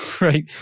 Right